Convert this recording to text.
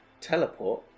Teleport